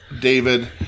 David